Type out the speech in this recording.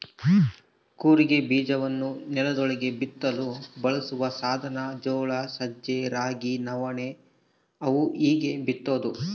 ಕೂರಿಗೆ ಬೀಜವನ್ನು ನೆಲದೊಳಗೆ ಬಿತ್ತಲು ಬಳಸುವ ಸಾಧನ ಜೋಳ ಸಜ್ಜೆ ರಾಗಿ ನವಣೆ ಅವು ಹೀಗೇ ಬಿತ್ತೋದು